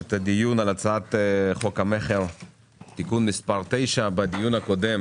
את הדיון על הצעת חוק המכר (תיקון מס' 9). בדיון הקודם